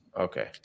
Okay